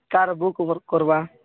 car book କରିବା